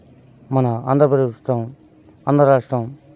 మన ఆంధ్రప్రదేశ్ ఆంధ్రరాష్ట్రం